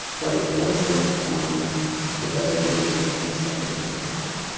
but it doesn't um it doesn't mean that you can't step into your power